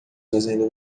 fazendo